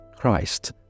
Christ